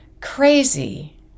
crazy